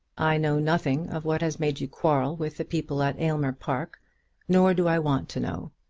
i know nothing of what has made you quarrel with the people at aylmer park nor do i want to know.